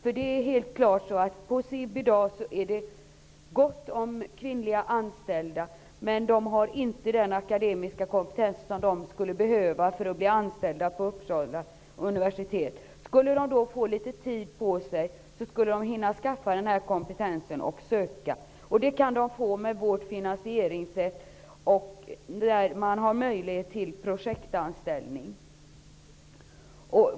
På SIB är det i dag gott om kvinnliga anställda, men de har inte den akademiska kompetens som de skulle behöva för att bli anställda vid Uppsala universitet. Finge de litet tid på sig, skulle de hinna att skaffa kompetens och söka anställning där, och det skulle de kunna få genom vårt finansieringssätt där man har möjlighet till projektanställning.